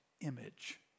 image